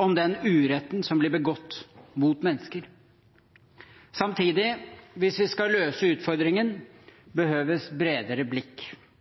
om den uretten som blir begått mot mennesker. Samtidig, hvis vi skal møte utfordringen, behøves bredere blikk